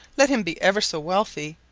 let him be ever so wealthy,